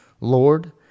Lord